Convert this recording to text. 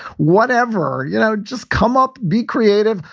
whatever. you know, just come up. be creative,